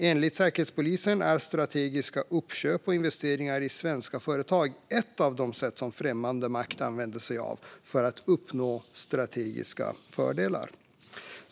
Enligt Säkerhetspolisen är strategiska uppköp och investeringar i svenska företag ett av de sätt som främmande makt använder sig av för att uppnå strategiska fördelar.